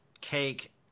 cake